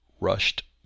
rushed